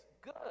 good